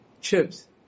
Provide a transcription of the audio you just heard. Chips